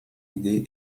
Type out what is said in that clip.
idée